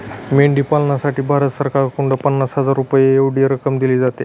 मेंढी पालनासाठी भारत सरकारकडून पन्नास हजार रुपये एवढी रक्कम दिली जाते